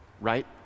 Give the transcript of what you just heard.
right